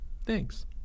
Thanks